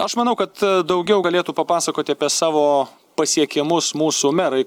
aš manau kad daugiau galėtų papasakoti apie savo pasiekimus mūsų merai